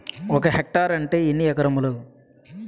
ఒక హెక్టార్ అంటే ఎన్ని ఏకరములు?